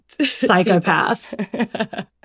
psychopath